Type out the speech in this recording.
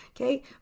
Okay